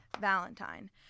valentine